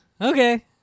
Okay